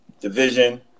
Division